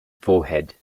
forehead